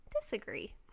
Disagree